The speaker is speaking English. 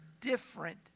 different